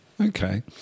Okay